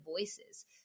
voices